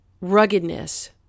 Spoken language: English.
ruggedness